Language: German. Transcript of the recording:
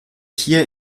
hier